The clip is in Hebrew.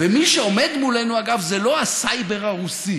ומי שעומד מולנו, אגב, זה לא הסייבר הרוסי,